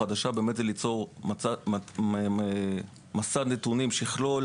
היא ליצור מסד נתונים שיכלול